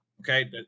Okay